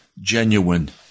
genuine